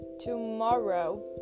tomorrow